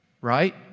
Right